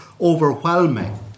overwhelming